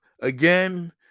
Again